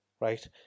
right